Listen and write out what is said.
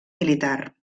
militar